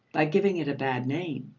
by giving it a bad name.